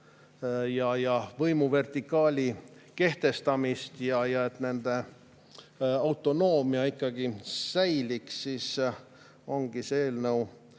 võimuvertikaali kehtestamist ja et nende autonoomia ikkagi säiliks, ongi see eelnõu